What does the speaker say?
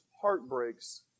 heartbreaks